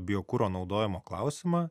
biokuro naudojimo klausimą